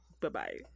Bye-bye